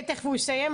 כן, תיכף הוא יסיים.